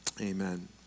Amen